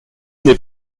n’est